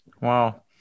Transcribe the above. Wow